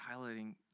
highlighting